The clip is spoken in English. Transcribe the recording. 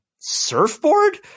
surfboard